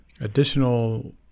additional